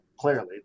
clearly